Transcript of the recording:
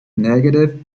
negative